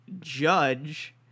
judge